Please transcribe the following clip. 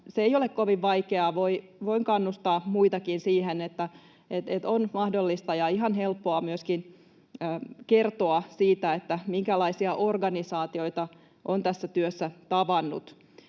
se ei ole kovin vaikeaa — voin vain kannustaa muitakin siihen. On mahdollista ja ihan helppoa myöskin kertoa siitä, minkälaisia organisaatioita on tässä työssä tavannut.